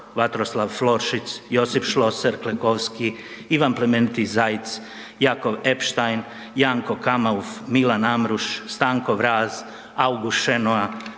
Vatroslav Florschutz, Josip Schlosser Klekovski, Ivan Plemeniti Zajec, Jakov Epstein, Janko Kamauf, Milan Amruš, Stanko Vraz, August Šenoa,